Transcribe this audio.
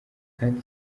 kandi